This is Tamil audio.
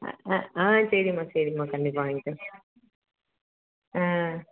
ஆ ஆ ஆ சரிம்மா சரிம்மா கண்டிப்பாக வாங்கிக்கிறேன் ஆ